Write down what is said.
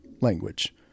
language